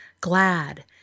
glad